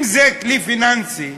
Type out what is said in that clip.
אם זה כלי פיננסי,